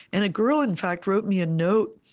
and a girl, in fact, wrote me a note